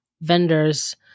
vendors